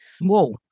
Whoa